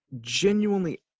genuinely